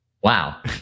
Wow